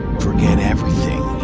forget everything